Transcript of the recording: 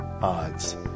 odds